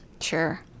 Sure